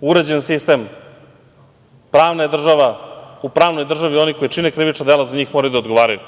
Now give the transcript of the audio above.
uređen sistem, pravna je država. U pravnoj državi oni koji čine krivična dela, za njih moraju i da odgovaraju.